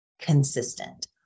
consistent